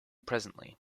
presently